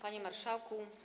Panie Marszałku!